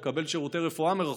לקבל שירותי רפואה מרחוק,